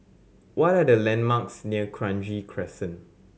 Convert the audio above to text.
what are the landmarks near Kranji Crescent